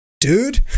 dude